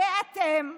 ואתם,